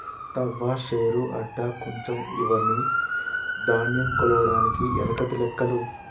తవ్వ, శేరు, అడ్డ, కుంచం ఇవ్వని ధాన్యం కొలవడానికి ఎనకటి లెక్కలు